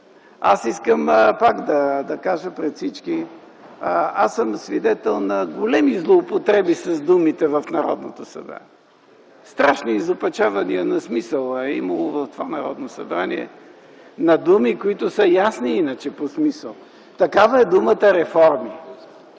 Аз искам да кажа пред всички: свидетел съм на големи злоупотреби с думите в Народното събрание. Страшни изопачавания на смисъла е имало в това Народно събрание - на думи, които са ясни иначе по смисъл. Такава е думата „реформи”.